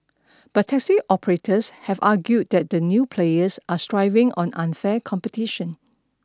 but taxi operators have argued that the new players are thriving on unfair competition